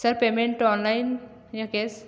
sir payment online या कैस